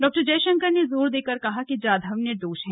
डॉ जयशंकर ने जोर देकर कहा कि जाधव निर्दोष हैं